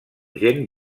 gent